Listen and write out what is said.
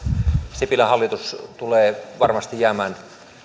sipilän hallitus tulee varmasti jäämään